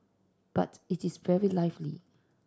but it is very lively